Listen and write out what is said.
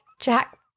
jack